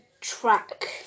track